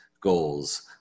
goals